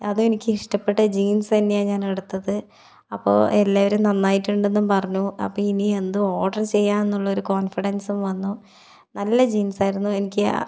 അത് എനിക്ക് ഇഷ്ടപ്പെട്ട ജീൻസ് തന്നെയാണ് ഞാൻ എടുത്തത് അപ്പൊൾ എല്ലാവരും നന്നായിട്ടുണ്ടെന്നും പറഞ്ഞു അപ്പോൾ ഇനി എന്തും ഓർഡർ ചെയ്യാം എന്നുള്ളൊരു കോൺഫിഡൻസും വന്നു നല്ല ജീൻസ് ആയിരുന്നു എനിക്ക്